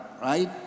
right